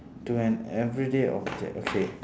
to an everyday object okay